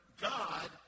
God